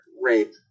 rape